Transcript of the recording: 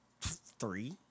Three